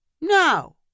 No